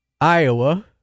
Iowa